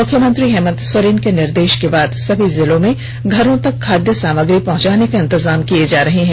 मुख्यमंत्री हेमंत सोरेन के निर्देष के बाद सभी जिलों में घरों तक खादय सामग्री पहुंचाने के इंतजाम किये जा रहे हैं